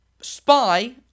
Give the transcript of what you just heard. spy